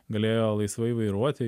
galėjo laisvai vairuoti